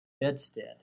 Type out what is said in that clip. bedstead